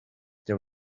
there